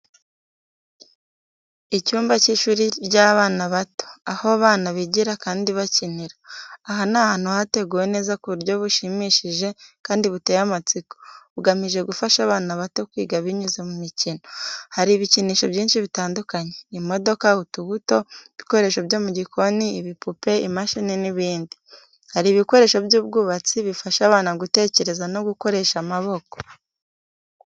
Icyumba cy’ishuri ry’abana bato, aho abana bigira kandi bakinira. Aha ni ahantu hateguwe neza ku buryo bushimishije kandi buteye amatsiko, bugamije gufasha abana bato kwiga binyuze mu mikino. Hari ibikinisho byinshi bitandukanye, imodoka, utubuto, ibikoresho byo mu gikoni, ibipupe, imashini n’ibindi. Hari ibikoresho by’ubwubatsi bifasha abana gutekereza no gukoresha amaboko.